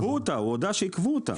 עיכבו אותה, הוא הודה שעיכבו אותה.